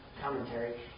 commentary